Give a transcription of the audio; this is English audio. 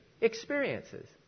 experiences